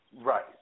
Right